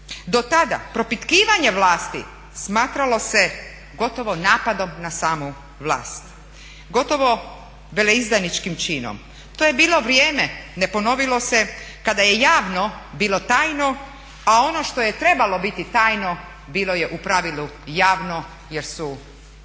Do tada propitkivanje vlasti smatralo se gotovo napadom na samu vlast, gotovo veleizdajničkim činom. To je bilo vrijeme, ne ponovilo se, kada je javno bilo tajno, a ono što je trebalo biti tajno bilo je u pravilu javno jer su službe